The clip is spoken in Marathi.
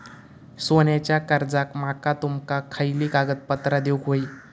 सोन्याच्या कर्जाक माका तुमका खयली कागदपत्रा देऊक व्हयी?